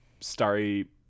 starry